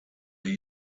that